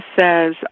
says